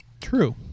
True